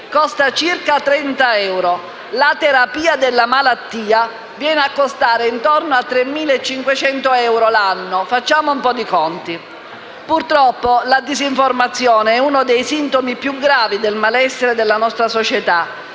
la disinformazione è uno dei sintomi più gravi del malessere della nostra società,